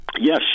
yes